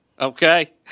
Okay